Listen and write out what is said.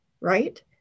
right